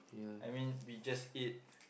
I mean we just ate